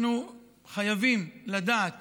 אנחנו חייבים לדעת